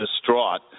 distraught